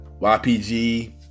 YPG